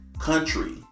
country